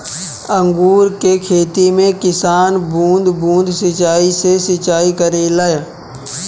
अंगूर के खेती में किसान बूंद बूंद सिंचाई से सिंचाई करेले